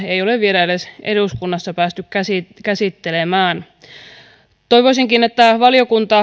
ei ole vielä edes eduskunnassa päästy käsittelemään käsittelemään toivoisinkin että valiokuntakäsittelyn